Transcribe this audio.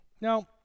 Now